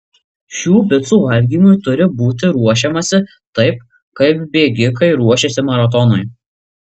šių picų valgymui turi būti ruošiamasi taip kaip bėgikai ruošiasi maratonui